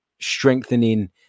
strengthening